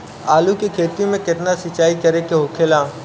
आलू के खेती में केतना सिंचाई करे के होखेला?